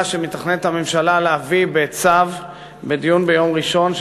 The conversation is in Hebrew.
שמתכננת הממשלה להביא בצו בדיון ביום ראשון,